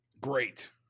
Great